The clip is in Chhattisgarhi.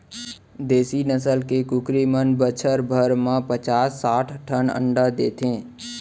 देसी नसल के कुकरी मन बछर भर म पचास साठ ठन अंडा देथे